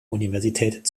universität